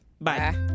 Bye